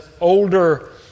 older